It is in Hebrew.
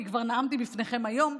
כי כבר נאמתי בפניכם היום,